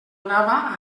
anava